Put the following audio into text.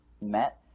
met